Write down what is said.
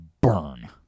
burn